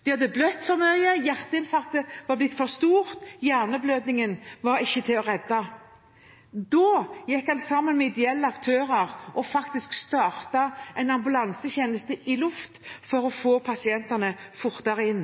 de hadde blødd for mye, hjerteinfarktet hadde blitt for stort, hjerneblødningen var for omfattende og pasienten ikke til å redde. Da gikk man sammen med ideelle aktører og startet en ambulansetjeneste i luften for å få pasientene fortere inn.